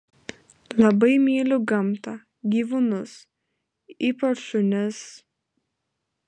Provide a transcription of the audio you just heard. labai myliu gamtą gyvūnus ypač šunis